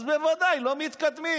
אז בוודאי לא מתקדמים.